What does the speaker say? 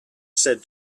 said